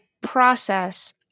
process